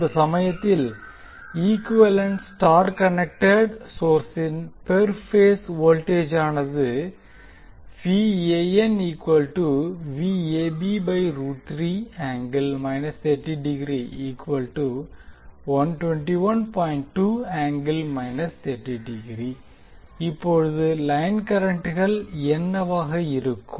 அந்த சமயத்தில் equivalent star connected சோர்ஸின் பெர் பேஸ் வோல்டேஜானது இப்போது லைன் கரண்ட்கள் என்னவாக இருக்கும்